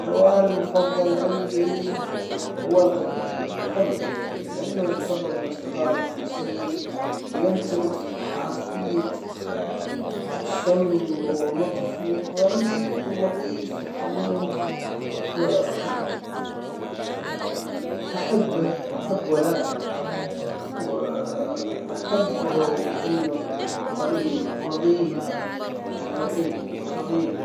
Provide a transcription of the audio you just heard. حيوان المفضل عندي هو القط احبه لانه يعتبر من الاصدقاء المخلصين ويمتلك حساسية شم ولطف وغريب ولطيف وحنون احبه وحب ولاءه احبوا انه قريب ونظيف ولطيف وصغير.